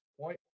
Point